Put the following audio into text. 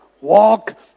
walk